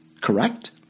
correct